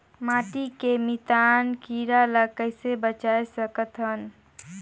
माटी के मितान कीरा ल कइसे बचाय सकत हन?